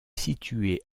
située